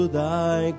thy